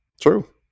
True